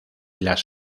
las